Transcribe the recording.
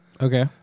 Okay